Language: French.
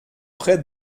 près